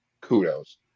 Kudos